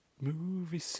Movie